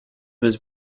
was